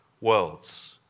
worlds